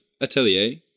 Atelier